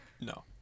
No